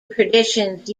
traditions